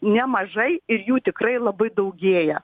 nemažai ir jų tikrai labai daugėja